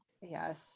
Yes